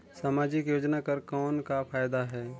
समाजिक योजना कर कौन का फायदा है?